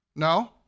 No